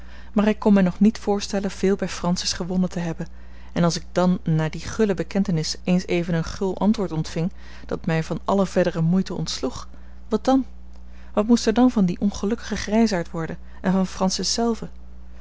maar ik kon mij nog niet voorstellen veel bij francis gewonnen te hebben en als ik dan na die gulle bekentenis eens een even gul antwoord ontving dat mij van alle verdere moeite ontsloeg wat dan wat moest er dan van dien ongelukkigen grijsaard worden en van francis zelve